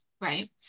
right